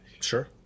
sure